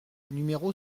numéro